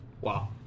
Wow